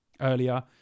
earlier